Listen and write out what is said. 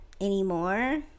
anymore